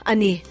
Ani